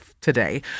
today